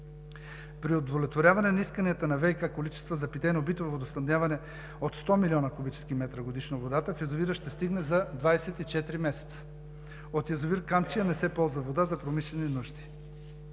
При удовлетворяване на исканията на ВиК количества за питейно-битово водоснабдяване от 100 млн. куб. м годишно водата в язовира ще стигне за 24 месеца. От язовир „Камчия“ не се ползва вода за промишлени нужди.